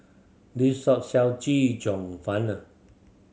this shop sell Chee Cheong